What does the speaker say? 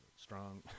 strong